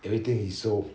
everything he sold